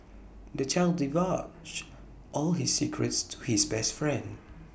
the child divulged all his secrets to his best friend